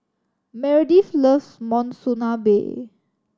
Meredith loves Monsunabe